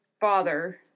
father